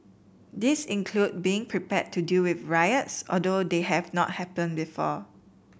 these include being prepared to deal with riots although they have not happened before